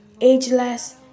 ageless